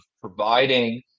providing